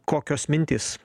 kokios mintys